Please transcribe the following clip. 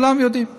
כולם יודעים.